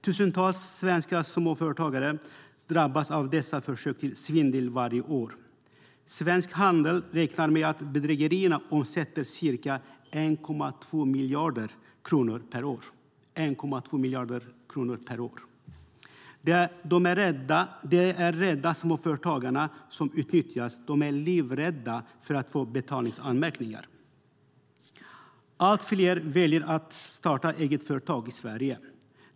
Tusentals svenska småföretag drabbas av dessa försök till svindel varje år. Svensk Handel räknar med att bedrägerierna omsätter ca 1,2 miljarder kronor per år. Det är rädda småföretagare som utnyttjas. De är livrädda för att få betalningsanmärkningar. Allt fler väljer att starta eget företag i Sverige.